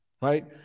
right